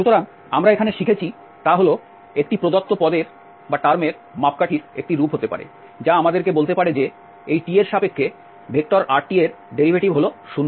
সুতরাং আমরা এখানে যা শিখেছি তা হল একটি প্রদত্ত পদের মাপকাঠির একটি রূপ হতে পারে যা আমাদেরকে বলতে পারে যে এই t এর সাপেক্ষে rএর ডেরিভেটিভ হল শূন্য